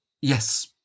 Yes